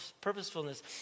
purposefulness